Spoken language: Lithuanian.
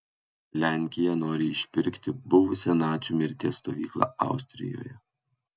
lenkija nori išpirkti buvusią nacių mirties stovyklą austrijoje